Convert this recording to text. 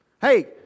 hey